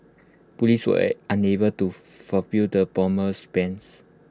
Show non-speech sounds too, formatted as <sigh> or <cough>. Police were <unintelligible> unable to <unintelligible> the bomber's bans